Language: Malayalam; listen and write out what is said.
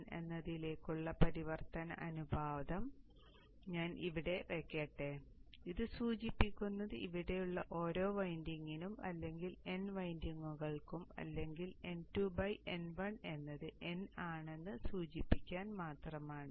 n എന്നതിലേക്കുള്ള പരിവർത്തന അനുപാതം ഞാൻ ഇവിടെ വയ്ക്കട്ടെ ഇത് സൂചിപ്പിക്കുന്നത് ഇവിടെയുള്ള ഓരോ വൈൻഡിംഗിനും അല്ലെങ്കിൽ n വൈൻഡിംഗുകൾക്കും അല്ലെങ്കിൽ N2 N1 എന്നത് n ആണെന്ന് സൂചിപ്പിക്കാൻ മാത്രമാണ്